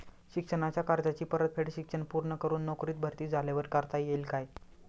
शिक्षणाच्या कर्जाची परतफेड शिक्षण पूर्ण करून नोकरीत भरती झाल्यावर करता येईल काय?